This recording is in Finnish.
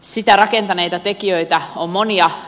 sitä rakentaneita tekijöitä on monia